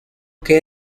que